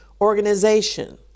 organization